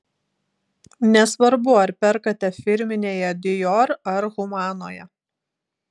nesvarbu ar perkate firminėje dior ar humanoje